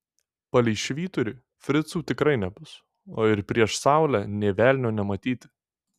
palei švyturį fricų tikrai nebus o ir prieš saulę nė velnio nematyti